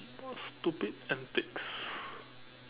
what stupid antics